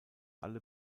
alle